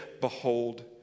behold